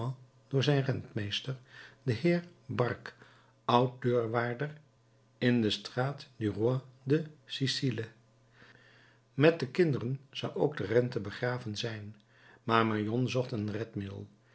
door zijn rentmeester den heer barge oud deurwaarder in de straat du roi de sicile met de kinderen zou ook de rente begraven zijn maar magnon zocht een redmiddel